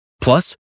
Plus